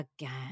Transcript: again